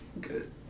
good